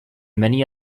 many